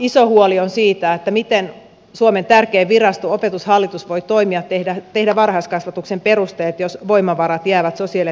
iso huoli on siitä miten suomen tärkein virasto opetushallitus voi toimia tehdä varhaiskasvatuksen perusteet jos voimavarat jäävät sosiaali ja terveysministeriöön